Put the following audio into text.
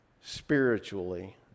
spiritually